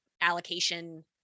allocation